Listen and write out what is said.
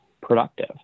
productive